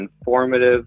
informative